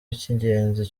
icy’ingenzi